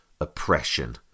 oppression